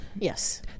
Yes